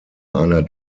einer